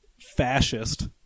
fascist